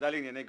לענייני גבייה.